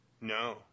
No